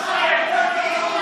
מחבלים,